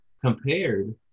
compared